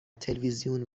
تلویزیون